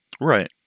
Right